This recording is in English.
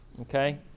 Okay